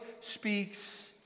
speaks